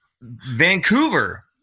Vancouver –